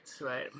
right